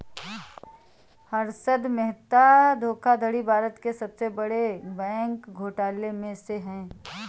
हर्षद मेहता धोखाधड़ी भारत के सबसे बड़े बैंक घोटालों में से है